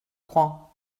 crois